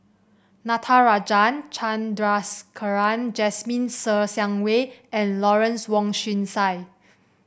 Natarajan Chandrasekaran Jasmine Ser Xiang Wei and Lawrence Wong Shyun Tsai